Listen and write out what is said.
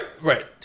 right